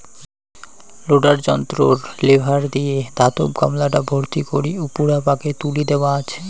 loader যন্ত্রর lever দিয়া ধাতব গামলাটা ভর্তি করি উপুরা পাকে তুলি দ্যাওয়া আচে